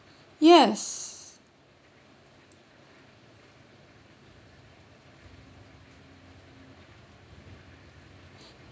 yes